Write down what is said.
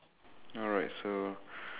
alright so